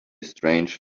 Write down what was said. strange